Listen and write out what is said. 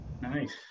nice